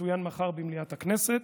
יצוין מחר במליאת הכנסת,